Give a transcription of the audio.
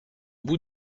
bout